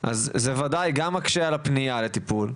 זה וודאי גם מקשה על הפנייה לטיפול,